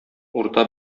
урта